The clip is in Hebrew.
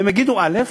והם יגידו א',